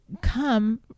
come